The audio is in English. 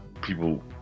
people